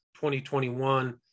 2021